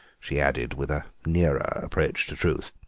she added, with a nearer approach to truth.